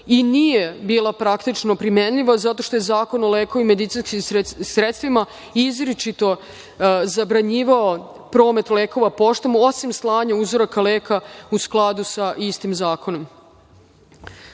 i nije bila praktično primenjiva zato što je Zakon o lekovima i medicinskim sredstvima izričito zabranjivao promet lekova poštom, osim slanja uzoraka leka, u skladu sa istim zakonom. Takođe,